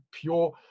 pure